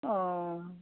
अह